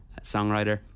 songwriter